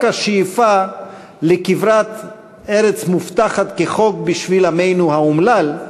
השאיפה לכברת ארץ מובטחת כחוק בשביל עמנו האומלל,